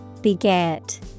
Beget